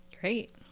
great